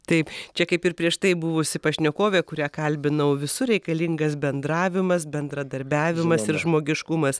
taip čia kaip ir prieš tai buvusi pašnekovė kurią kalbinau visur reikalingas bendravimas bendradarbiavimas ir žmogiškumas